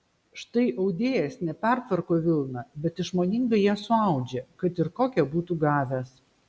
štai audėjas ne pertvarko vilną bet išmoningai ją suaudžia kad ir kokią būtų gavęs